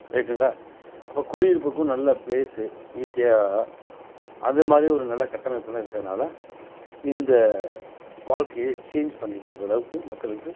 ரைட்டுங்களா அப்போது குடியிருப்புக்கும் நல்ல ப்ளேஸு ஈஸியாக அதுமாதிரி ஒரு நல்ல கட்டமைப்பெலாம் இருக்கிறதுனால இந்த வாழ்க்கையே சேஞ்ச் பண்ணிக்கொடுக்குற அளவுக்கு மக்களுக்கு